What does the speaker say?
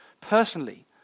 personally